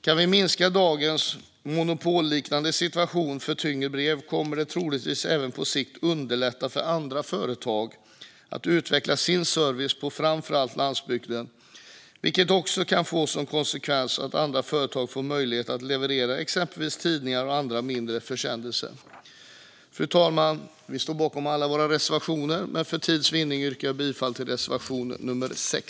Om vi kan minska dagens monopolliknande situation för tyngre brev kommer det troligtvis även på sikt att underlätta för andra företag att utveckla sin service på framför allt landsbygden, vilket också kan få konsekvensen att andra företag får möjlighet att leverera exempelvis tidningar och andra mindre försändelser. Fru talman! Vi står bakom alla våra reservationer, men för tids vinning yrkar jag bifall endast till reservation nummer 6.